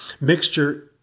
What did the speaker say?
Mixture